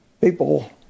People